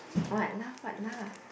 what laugh what laugh